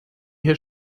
hier